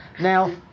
Now